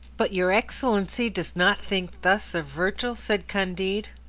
but your excellency does not think thus of virgil? said candide.